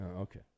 okay